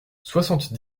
soixante